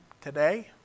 today